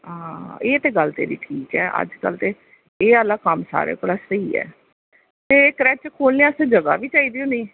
हां एह् ते गल्ल तेरी ठीक ऐ अजकल्ल एह् आह्ला कम्म सारें कोला स्हेई ऐ ते क्रच खोल्लनै आस्तै जगह बी चाहिदी होनी